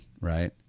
right